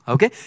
Okay